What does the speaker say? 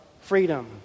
freedom